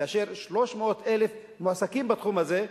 כאשר 300,000 מועסקים בתחום הזה,